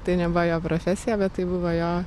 tai nebuvo jo profesija bet tai buvo jo